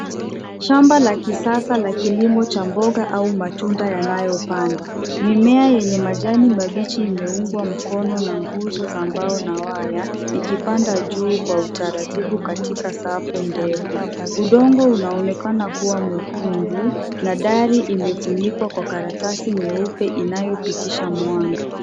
Shamba la kisasa la kilimo cha mboga au matunda yanayopanda. Mimea yenye majani mabichi imeungwa mkono na nguzo za mbao na waya, ikipanda juu kwa utaratibu katika safu ndefu. Udongo unaonekana kuwa mwekundu, na dari imefunikwa kwa karatasi nyeupe inayopitisha mwanga.